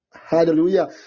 Hallelujah